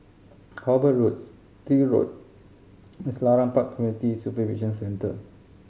Hobart Road Still Road Selarang Park Community Supervision Centre